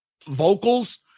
vocals